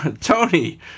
Tony